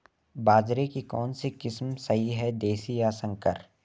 बाजरे की कौनसी किस्म सही हैं देशी या संकर?